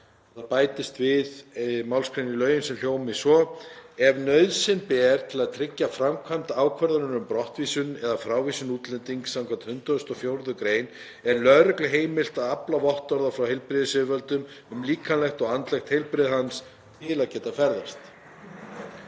við bætist málsgrein í lögin sem hljómi svo: „Ef nauðsyn ber til að tryggja framkvæmd ákvörðunar um brottvísun eða frávísun útlendings skv. 104. gr. er lögreglu heimilt að afla vottorða frá heilbrigðisyfirvöldum um líkamlegt og andlegt heilbrigði hans til að geta ferðast.“